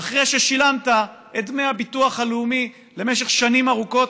אחרי ששילמת את דמי הביטוח הלאומי למשך שנים ארוכות,